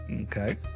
Okay